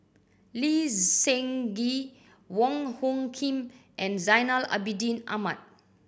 Lee Seng Gee Wong Hung Khim and Zainal Abidin Ahmad